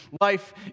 life